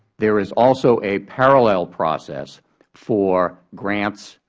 there is also a parallel process for grants,